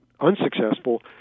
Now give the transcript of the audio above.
unsuccessful